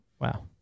Wow